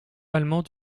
allemand